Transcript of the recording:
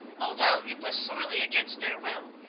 although it was sorely against their will,